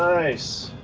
nice.